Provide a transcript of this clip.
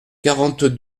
quarante